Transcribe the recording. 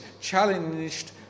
challenged